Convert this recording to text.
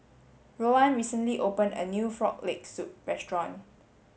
Rowan recently opened a new frog leg soup restaurant